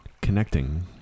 Connecting